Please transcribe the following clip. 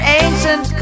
ancient